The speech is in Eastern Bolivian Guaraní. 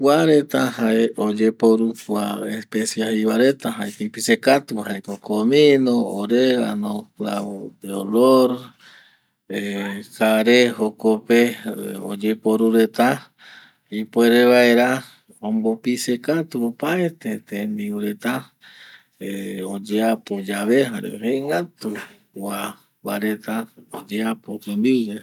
Kuareta jae oyeporu jae kua especia reta ipise katu vajae ko comino, oregano, clavo de olor ˂hesitation˃ jare jokope oyeporu ipuere vaera tembiu reta ipise katu oyeapo tembiu yave